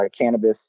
cannabis